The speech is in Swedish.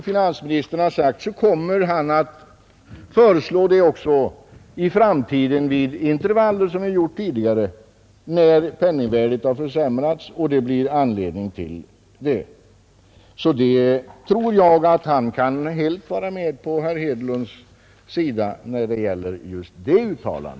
Finansministern kommer också, som han har sagt, att föreslå det också i framtiden i intervaller liksom tidigare när penningvärdet har försämrats och det blir anledning till det. Jag tror därför att finansministern i det fallet helt kan hålla med herr Hedlund.